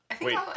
Wait